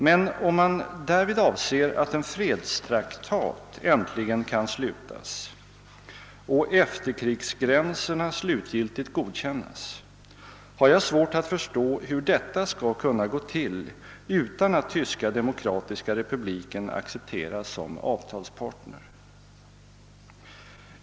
Men om man därvid avser att en fredstraktat äntligen kan slutas och efterkrigsgränserna slutligen kan godkännas har jag svårt att förstå hur detta skall kunna gå till utan att Tyska demokratiska republiken accepteras som avtalspartner.